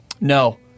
No